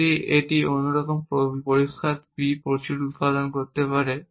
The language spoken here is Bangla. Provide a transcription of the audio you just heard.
যদি এটি একরকম পরিষ্কার b প্রচুর উত্পাদন করতে পারে